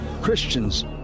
Christians